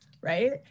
right